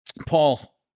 Paul